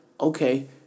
okay